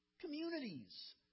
communities